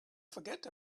forget